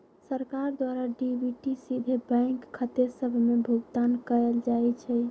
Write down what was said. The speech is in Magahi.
सरकार द्वारा डी.बी.टी सीधे बैंक खते सभ में भुगतान कयल जाइ छइ